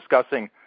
discussing